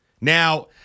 Now